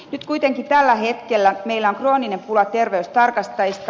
nyt kuitenkin tällä hetkellä meillä on krooninen pula terveystarkastajista